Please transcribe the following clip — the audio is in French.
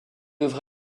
œuvre